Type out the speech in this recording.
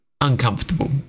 uncomfortable